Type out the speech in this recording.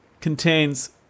contains